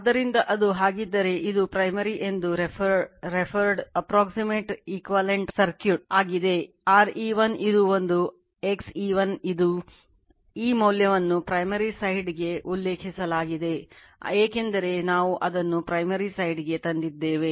ಆದ್ದರಿಂದ ಅದು ಹಾಗಿದ್ದರೆ ಇದು primary ಕ್ಕೆ ತಂದಿದ್ದೇವೆ